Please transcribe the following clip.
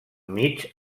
mig